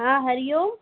हा हरिओम